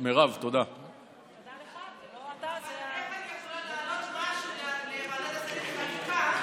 פשוט אין ועדת שרים לענייני חקיקה.